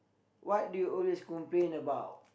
what do you always complain about